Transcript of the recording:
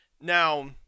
Now